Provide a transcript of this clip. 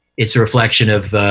it's a reflection of